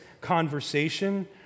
conversation